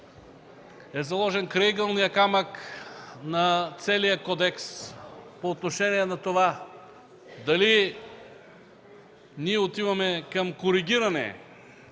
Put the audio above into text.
е заложен крайъгълният камък на целия кодекс по отношение на това дали ние отиваме към коригиране